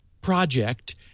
project